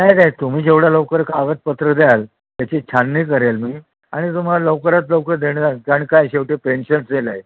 नाही नाही तुम्ही जेवढ्या लवकर कागदपत्रं द्याल त्याची छाननी करेल मी आणि तुम्हाला लवकरात लवकर देण जाल कारण काय शेवटी पेन्शन सेल आहे